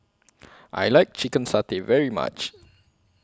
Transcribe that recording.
I like Chicken Satay very much